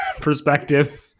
perspective